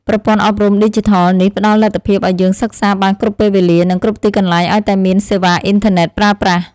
ប្រព័ន្ធអប់រំឌីជីថលនេះផ្តល់លទ្ធភាពឱ្យយើងសិក្សាបានគ្រប់ពេលវេលា និងគ្រប់ទីកន្លែងឱ្យតែមានសេវាអ៊ីនធឺណិតប្រើប្រាស់។